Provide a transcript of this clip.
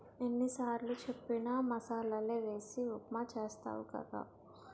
ఎన్ని సారులు చెప్పిన మసాలలే వేసి ఉప్మా చేస్తావు కదా